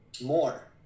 more